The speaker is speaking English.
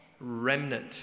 Remnant